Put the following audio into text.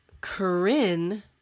Corinne